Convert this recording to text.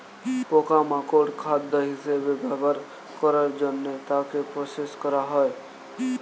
পোকা মাকড় খাদ্য হিসেবে ব্যবহার করার জন্য তাকে প্রসেস করা হয়